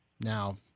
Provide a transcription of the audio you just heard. Now